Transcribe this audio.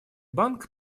банк